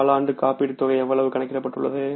காலாண்டு காப்பீட்டுத் தொகை எவ்வளவு கணக்கிடப்பட்டுள்ளது